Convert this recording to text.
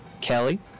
Kelly